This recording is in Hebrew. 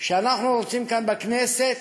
שאנחנו רוצים כאן בכנסת,